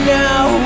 now